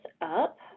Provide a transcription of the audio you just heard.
up